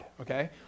okay